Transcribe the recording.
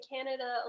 Canada